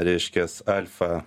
reiškias alfa